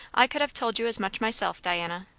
i could have told you as much myself, diana.